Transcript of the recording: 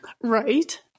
Right